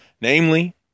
namely